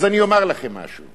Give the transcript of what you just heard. אז אני אומר לכם משהו: